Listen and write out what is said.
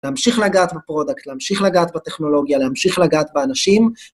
להמשיך לגעת בפרודקט, להמשיך לגעת בטכנולוגיה, להמשיך לגעת באנשים.